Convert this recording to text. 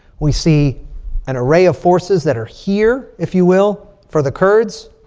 we see an array of forces that are here, if you will, for the kurds.